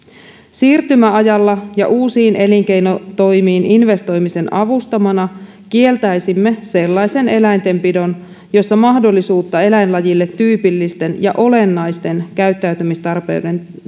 siirtymäajalla ja uusiin elinkeinotoimiin investoimisen avustamana kieltäisimme sellaisen eläinten pidon jossa mahdollisuutta eläinlajille tyypillisten ja olennaisten käyttäytymistarpeiden